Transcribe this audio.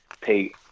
pay